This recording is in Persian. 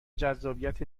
جذابیت